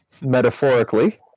metaphorically